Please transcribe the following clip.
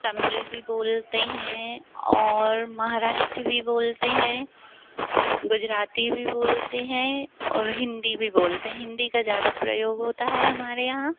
तमिल भी बोलते हैं और महाराष्ट्री भी बोलते हैं गुजराती भी बोलते हैं और हिन्दी भी बोलते हैं हिन्दी का ज़्यादा प्रयोग होता है हमारे यहाँ